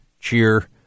cheer